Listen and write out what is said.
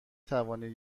توانید